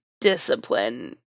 discipline